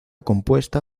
compuesta